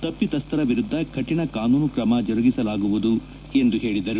ತಪ್ಪಿತಸ್ವರ ವಿರುದ್ದ ಕಠಿಣ ಕಾನೂನು ಕ್ರಮ ಜರುಗಿಸಲಾಗುವುದು ಎಂದು ಹೇಳಿದರು